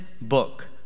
book